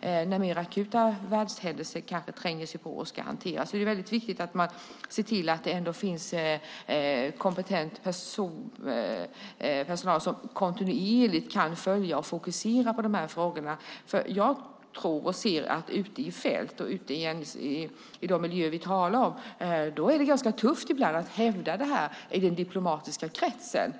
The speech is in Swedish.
när mer akuta världshändelser tränger sig på och ska hanteras. Det är viktigt att man ser till att det finns kompetent personal som kontinuerligt kan följa och fokusera på frågorna. Ute i fält, i de miljöer vi talar om, är det ibland tufft att hävda dessa frågor i den diplomatiska kretsen.